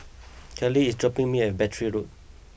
Kalie is dropping me at Battery Road